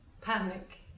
panic